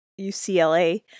UCLA